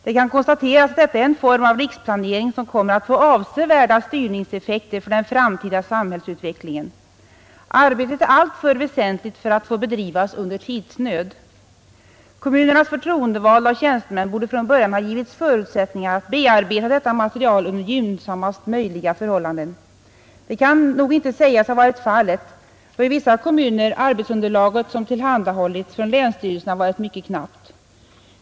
Det kan konstateras att detta är en form av riksplanering som kommer att få avsevärda styrningseffekter för den framtida samhällsutvecklingen. Arbetet är alltför väsentligt för att få bedrivas under tidsnöd. Kommunernas förtroendevalda och tjänstemän borde från början ha givits förutsättningar att bearbeta detta material under gynnsammast möjliga förhållanden. Det kan nog inte sägas ha varit fallet, då i vissa kommuner det arbetsunderlag som tillhandahållits från länsstyrelserna varit mycket knappt.